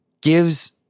Gives